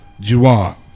Juwan